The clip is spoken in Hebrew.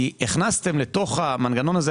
כי הכנסתם לתוך המנגנון הזה,